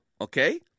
okay